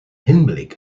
hinblick